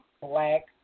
black